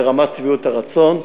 ברמת שביעות הרצון,